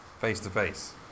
face-to-face